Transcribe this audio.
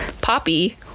poppy